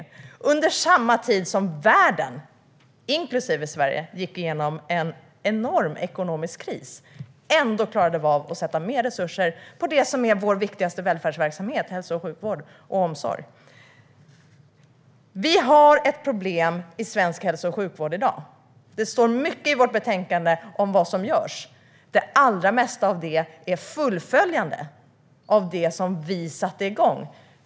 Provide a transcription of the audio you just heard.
Det var också under den tiden som världen, inklusive Sverige, gick igenom en enorm ekonomisk kris. Ändå klarade vi av att lägga mer resurser på det som är vår viktigaste välfärdsverksamhet, nämligen hälso och sjukvård och omsorg. Vi har ett problem i svensk hälso och sjukvård i dag. Det står mycket i betänkandet om vad som görs. Det allra mesta av detta är fullföljande av det som vi satte igång.